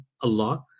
Allah